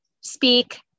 speak